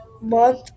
month